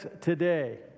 today